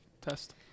test